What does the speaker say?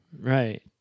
right